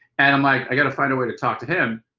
and i'm like i got to find a way to talk to him.